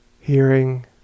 Hearing